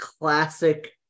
classic